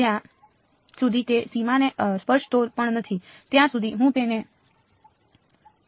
જ્યાં સુધી તે સીમાને સ્પર્શતો પણ નથી ત્યાં સુધી હું તેને ખસેડી શકું છું